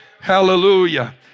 Hallelujah